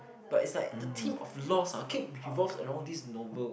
but is like the theme of loss ah keep revolves around this novel